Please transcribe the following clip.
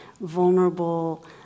vulnerable